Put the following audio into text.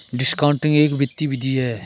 discounting एक वित्तीय विधि है